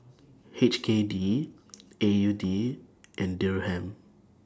H K D A U D and Dirham